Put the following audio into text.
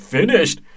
Finished